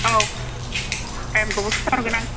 औ टाइम खौबो खिथाहरगोन आं